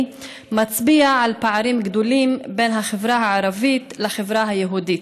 מצביע על פערים גדולים בין החברה הערבית לחברה היהודית,